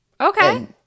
Okay